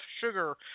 sugar